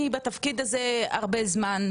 אני בתפקיד הזה הרבה זמן,